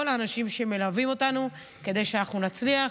האנשים שמלווים אותנו כדי שאנחנו נצליח.